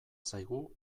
zaigu